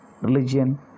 religion